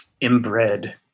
inbred